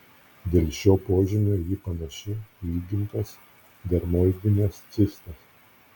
dėl šio požymio ji panaši į įgimtas dermoidines cistas